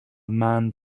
man